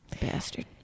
Bastard